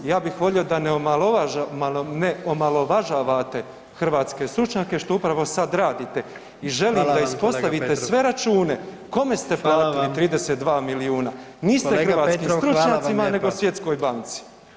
Ja bih volio da ne omalovažavate hrvatske stručnjake što upravo sad radite i želim da ispostavite [[Upadica predsjednik: Hvala vam.]] sve račune kome ste platili 32 milijuna [[Upadica predsjednik: Kolega Petrov, hvala vam lijepa.]] Niste hrvatskim stručnjacima nego Svjetskoj banci.